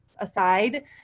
aside